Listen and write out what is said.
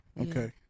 Okay